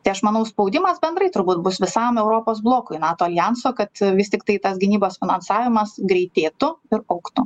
tai aš manau spaudimas bendrai turbūt bus visam europos blokui nato aljanso kad vis tiktai tas gynybos finansavimas greitėtų ir augtų